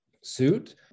suit